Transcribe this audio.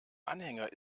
anhänger